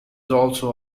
also